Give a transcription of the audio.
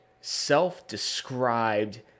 self-described